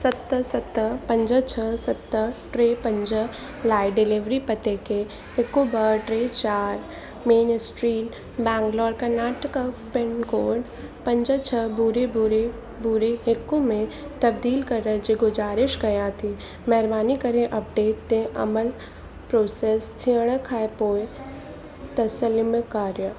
सत सत पंज छह सत टे पंज लाइ डिलेवरी पते खे हिक ॿ टे चारि main street Bangalore Karnataka pin code पंज छह ॿुड़ी ॿुड़ी ॿुड़ी हिक में तब्दील करण जी गुज़ारिश कयां थी महिरबानी करे अपडेट ते अमल प्रोसेस थियण खा पोइ तस्लीम कार्य